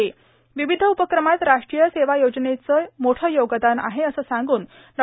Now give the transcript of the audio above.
र्वावध उपक्रमात राष्ट्रीय सेवा योजनेचं मोठं योगदान आहे असं सांगून डॉ